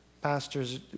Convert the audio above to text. pastors